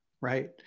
Right